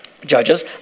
Judges